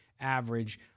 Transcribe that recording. average